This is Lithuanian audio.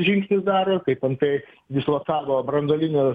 žingsnius daro kaip antai dislokavo branduolinius